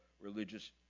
religious